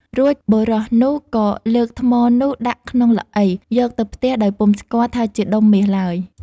រួចបុរសនោះ ក៏លើកថ្មនោះដាក់ក្នុងល្អី យកទៅផ្ទះ ដោយពុំស្គាល់ថាជាដុំមាសឡើយ ។